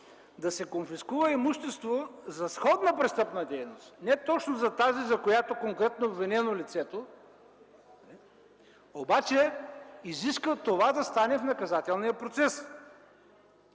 да се конфискува имущество за сходна престъпна дейност, не точно, за която конкретно е обвинено лицето, обаче изисква това да стане в наказателния процес.